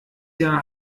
jahr